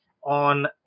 on